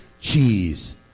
cheese